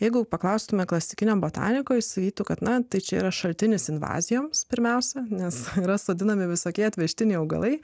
jeigu paklaustume klasikinio botaniko jis sakytų kad na tai čia yra šaltinis invazijoms pirmiausia nes yra sodinami visokie atvežtiniai augalai